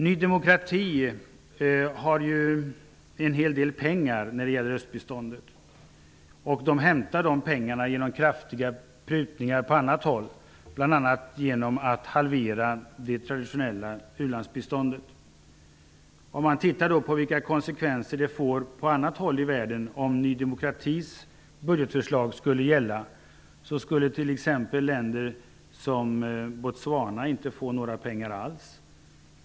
Ny demokrati har en hel del pengar att fördela när det gäller östbiståndet, och man hämtar de pengarna genom kraftiga prutningar på annat håll, bl.a. genom en halvering av det traditionella ulandsbiståndet. Vilka konsekvenser skulle det då få på andra håll i världen om Ny demokratis budgetförslag skulle gälla? T.ex. skulle ett land som Botswana inte få några pengar alls.